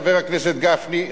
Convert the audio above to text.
חבר הכנסת גפני,